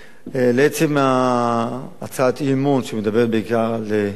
לעצם הצעת האי-אמון שמדברת בעיקר על דהמש,